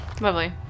Lovely